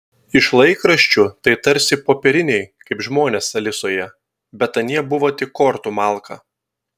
iš laikraščių tai tarsi popieriniai kaip žmonės alisoje bet anie buvo tik kortų malka